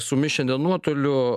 su mumis šiandien nuotoliu